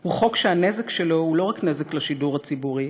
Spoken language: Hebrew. הוא חוק שהנזק שלו הוא לא רק נזק לשידור הציבורי,